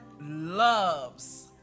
loves